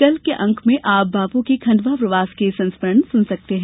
कल के अंक में आप बापू के खंडवा प्रवास के संस्मरण सुन सकते हैं